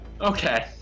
okay